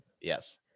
yes